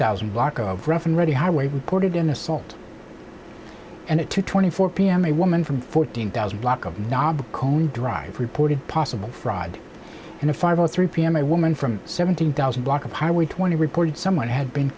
thousand block over rough and ready highway reported in assault and it took twenty four pm a woman from fourteen thousand block of knob kone drive reported possible fraud in a five o three pm a woman from seventeen thousand block of highway twenty reported someone had been